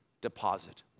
deposit